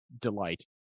delight